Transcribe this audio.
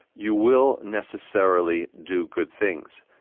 you will necessarily do good things.